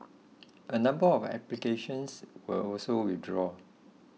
a number of applications were also withdrawn